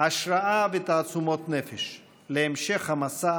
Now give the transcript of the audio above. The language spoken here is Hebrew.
השראה ותעצומות נפש להמשך המסע